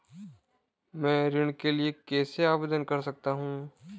मैं ऋण के लिए कैसे आवेदन कर सकता हूं?